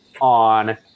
on